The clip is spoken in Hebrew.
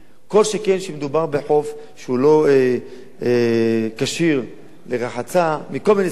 לא כל שכן כשמדובר בחוף שהוא לא כשיר לרחצה מכל מיני סיבות,